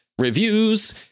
reviews